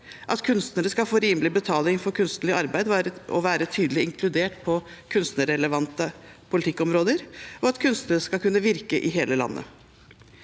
at kunstnere skal få rimelig betaling for kunstnerlig arbeid og være tydelig inkludert på kunstnerrelevante politikkområder 3. at kunstnere skal kunne virke i hele landet